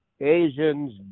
Asians